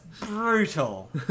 brutal